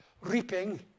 Reaping